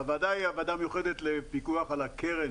הוועדה היא הוועדה המיוחדת לפיקוח על הקרן,